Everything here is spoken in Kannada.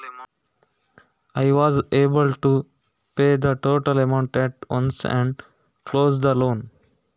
ನಾನು ಒಂದೇ ಸಲ ಒಟ್ಟು ಹಣ ಕಟ್ಟಿ ಲೋನ್ ಅನ್ನು ಕ್ಲೋಸ್ ಮಾಡಲು ಅವಕಾಶ ಉಂಟಾ